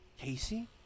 Casey